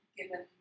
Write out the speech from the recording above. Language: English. given